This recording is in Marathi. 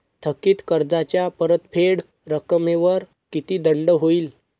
थकीत कर्जाच्या परतफेड रकमेवर किती दंड होईल?